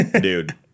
dude